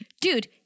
Dude